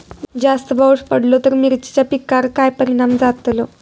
जास्त पाऊस पडलो तर मिरचीच्या पिकार काय परणाम जतालो?